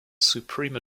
supreme